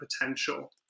potential